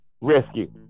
rescue